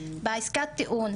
בעיסקת טיעון.